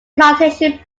plantation